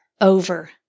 over